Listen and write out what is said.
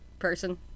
person